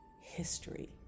history